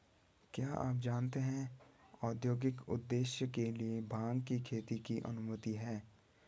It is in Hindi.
क्या आप जानते है औद्योगिक उद्देश्य के लिए भांग की खेती की अनुमति है?